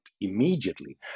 immediately